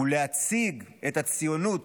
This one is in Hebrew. ולהציג את הציונות,